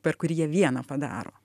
per kurį jie vieną padaro